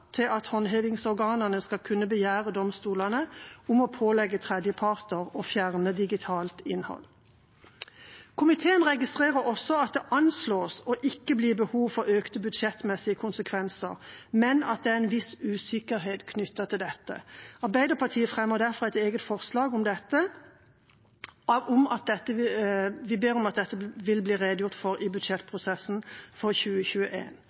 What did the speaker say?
at håndhevingsorganene skal kunne begjære domstolene om å pålegge tredjeparter å fjerne digitalt innhold. Komiteen registrerer også at det anslås ikke å bli behov for økte budsjettmessige konsekvenser, men at det er en viss usikkerhet knyttet til dette. Arbeiderpartiet fremmer sammen med Senterpartiet derfor et eget forslag om dette, der vi ber om at dette vil bli redegjort for i budsjettprosessen for